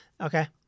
Okay